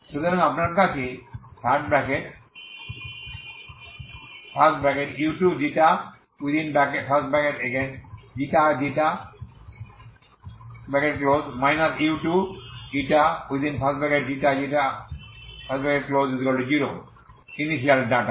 সুতরাং আপনার কাছে আছে〖u2ξξ u2ξξ0 ইনিশিয়াল ডাটা